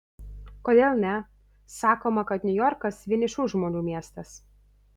kodėl ne sakoma kad niujorkas vienišų žmonių miestas